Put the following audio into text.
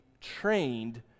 trained